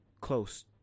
close